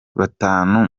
batanu